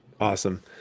Awesome